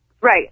Right